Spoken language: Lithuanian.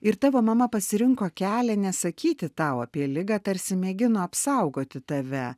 ir tavo mama pasirinko kelią nesakyti tau apie ligą tarsi mėgino apsaugoti tave